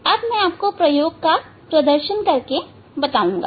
अब मैं आपको प्रयोग का प्रदर्शन करके बताऊंगा